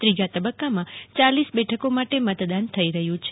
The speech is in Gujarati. ત્રીજા તબક્કામાં ચાલીસ બેઠકો માટે મતદાન થઈ રહ્યું છે